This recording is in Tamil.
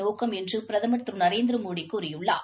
நோக்கம் என்று பிரதமர் திரு நரேந்திரமோடி கூறியுள்ளார்